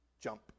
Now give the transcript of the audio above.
jump